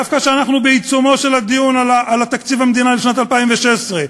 דווקא כשאנחנו בעיצומו של הדיון על תקציב המדינה לשנת 2016,